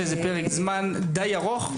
זה פרק זמן די ארוך.